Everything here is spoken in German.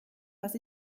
was